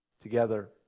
together